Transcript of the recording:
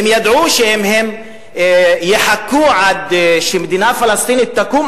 הן ידעו שאם הן יחכו עד שמדינה פלסטינית תקום,